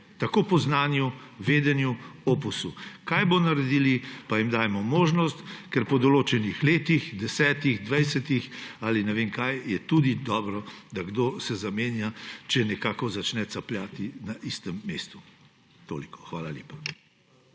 tako po znanju, vedenju, opusu. Kaj bodo naredili, pa jim dajemo možnost, ker po določenih letih, desetih, dvajsetih ali ne vem kaj, je tudi dobro, da se kdo zamenja, če nekako začne capljati na istem mestu. Toliko, hvala lepa.